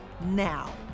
now